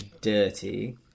dirty